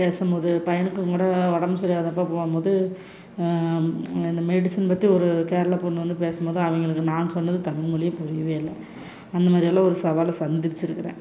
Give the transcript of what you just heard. பேசும்போது பையனுக்கு கூட உடம்பு சரியில்லாதப்போ போகும்போது அந்த மெடிசன் பற்றி ஒரு கேரளா பொண்ணு வந்து பேசும்போது அவங்களுக்கு நான் சொன்னது தமிழ் மொழி புரியவே இல்லை அந்த மாதிரியெல்லாம் ஒரு சவாலை சந்திச்சிருக்கிறேன்